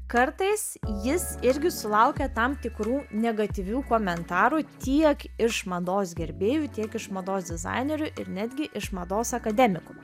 kartais jis irgi sulaukia tam tikrų negatyvių komentarų tiek iš mados gerbėjų tiek iš mados dizainerių ir netgi iš mados akademikų